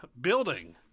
building